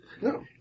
No